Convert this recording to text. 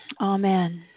Amen